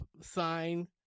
sign